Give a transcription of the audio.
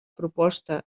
proposta